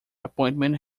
appointment